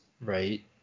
Right